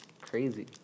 crazy